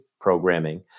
programming